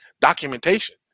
documentation